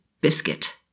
Biscuit